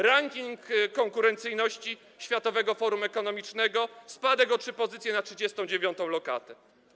Ranking konkurencyjności Światowego Forum Ekonomicznego - spadek o trzy pozycje, na 39. lokatę.